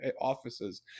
offices